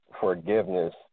forgiveness